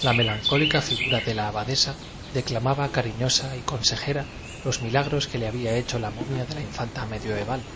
la melancólica figura de la abadesa declamaba cariñosa y consejera los milagros que le había hecho la momia de la infanta medioeval